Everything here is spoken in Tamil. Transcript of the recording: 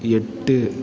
எட்டு